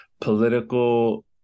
political